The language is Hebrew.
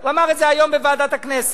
הוא אמר את זה היום בוועדת הכנסת,